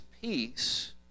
peace